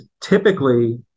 typically